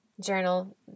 journal